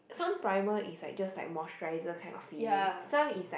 some primer is like just like moisturiser kind of feeling some is like